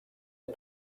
est